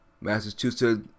Massachusetts